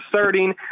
asserting